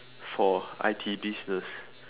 for I_T business